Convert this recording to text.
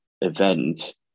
event